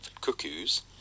Cuckoos